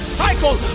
cycle